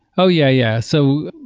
oh, yeah, yeah. so